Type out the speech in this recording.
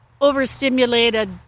overstimulated